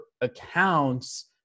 accounts